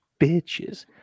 bitches